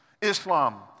Islam